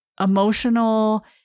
emotional